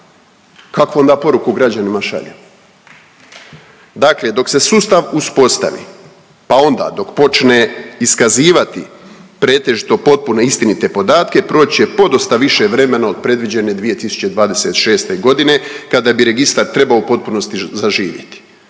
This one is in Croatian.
Kakvu onda poruku građanima šaljemo? Dakle dok se sustav uspostavi, pa onda dok počne iskazivati pretežito potpune i istinite podatke proći će podosta više vremena od predviđene 2026.g. kada bi registar trebao u potpunosti zaživjeti.